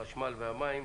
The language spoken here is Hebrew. החשמל והמים.